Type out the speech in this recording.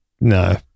No